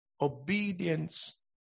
obedience